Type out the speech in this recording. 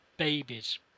babies